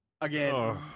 again